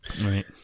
Right